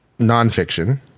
nonfiction